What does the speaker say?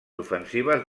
ofensives